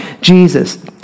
Jesus